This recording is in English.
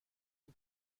the